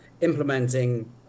implementing